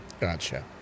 Gotcha